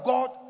God